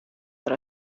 dêr